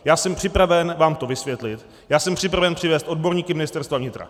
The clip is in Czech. Já jsem připraven vám to vysvětlit, jsem připraven přivést odborníky Ministerstva vnitra.